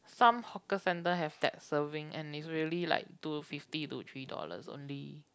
some hawker centre have that serving and is really like two fifty to three dollars only